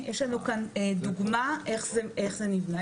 יש לנו כאן דוגמה איך זה ניבנה.